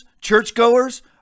churchgoers